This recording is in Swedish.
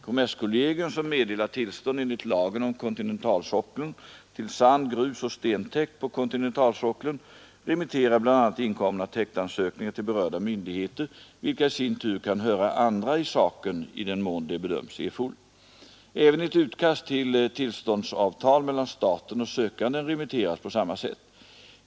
Kommerskollegium, som meddelar tillstånd enligt lagen om kontinentalsockeln till sand-, grusoch stentäkt på kontinentalsockeln, remitterar bl.a. inkomna täktansökningar till berörda myndigheter, vilka i sin tur kan höra andra i saken i den mån det bedöms erforderligt. Även ett utkast till tillståndsavtal mellan staten och sökanden remitteras på samma sätt.